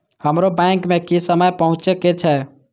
हमरो बैंक में की समय पहुँचे के छै?